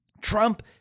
Trump